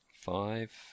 Five